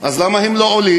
אז למה הם לא עולים?